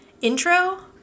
intro